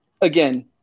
Again